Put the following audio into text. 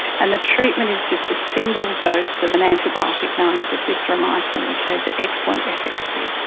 and the treatment is just a single dose of an antibiotic known as azithromycin, which has excellent efficacy.